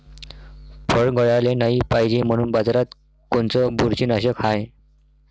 फळं गळाले नाही पायजे म्हनून बाजारात कोनचं बुरशीनाशक हाय?